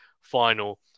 final